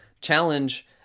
Challenge